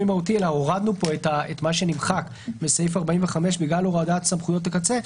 מהותי אלא הורדנו פה את מה שנמחק מסעיף 45 בגלל הורדת סמכויות הקצה.